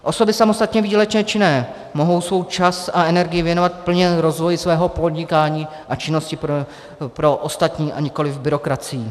Osoby samostatně výdělečně činné mohou svůj čas a energii věnovat plně rozvoji svého podnikání a činnosti pro ostatní, a nikoliv byrokracii.